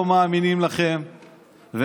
לא מאמינים לכם,